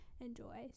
enjoy